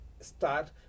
start